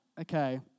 Okay